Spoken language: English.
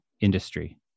industry